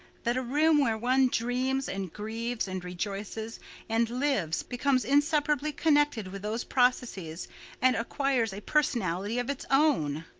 that a room where one dreams and grieves and rejoices and lives becomes inseparably connected with those processes and acquires a personality of its own.